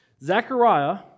Zechariah